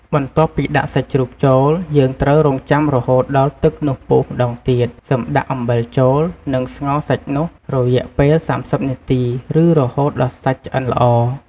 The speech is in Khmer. បន្ទាប់ពីដាក់សាច់ជ្រូកចូល យើងត្រូវរង់ចាំរហូតដល់ទឹកនោះពុះម្ដងទៀត សិមដាក់អំបិលចូល និងស្ងោរសាច់នោះរយៈពេល៣០នាទី ឬរហូតដល់សាច់ឆ្អិនល្អ។